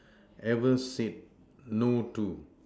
ever said no to